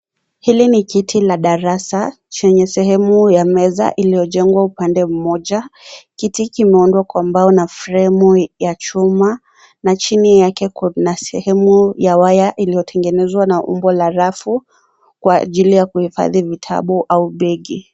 Hili ni kiti la darasa chenye sehemu ya meza iliojengwa upande mmoja, kiti kimeundwa kwa mbao na fremu ya chuma na chini yake kuna sehemu ya waya iliyotengenezwa na umbo la rafu kwa ajili ya kuhifadhi vitabu au begi.